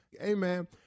Amen